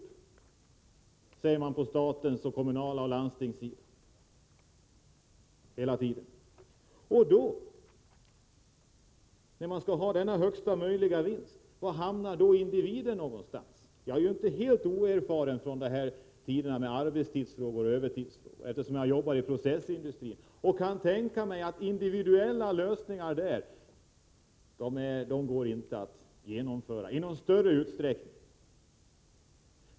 Det säger arbetsgivarna på den statliga och kommunala sidan och inom landstingen hela tiden. Var hamnar då individen? Jag är inte helt oerfaren när det gäller arbetstidsoch övertidsfrågor, eftersom jag jobbar i processindustrin. Jag kan tänka mig att individuella lösningar inte går att genomföra där i någon större utsträckning.